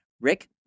Rick